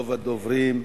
רוב הדוברים,